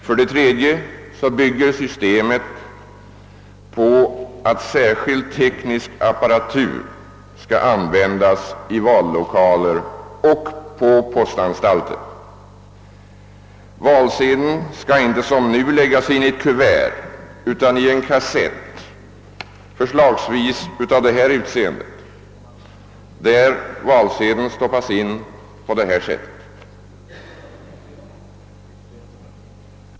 För det tredje bygger systemet på att särskild teknisk apparatur skall användas i vallokaler och på postanstalter. Valsedeln skall inte som nu läggas in i kuvert utan i en kassett, förslagsvis av detta utseende, där valsedeln stoppas in.